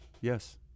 yes